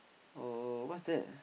oh what's that